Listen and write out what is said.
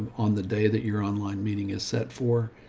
on the day that your online meeting is set for,